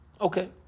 Okay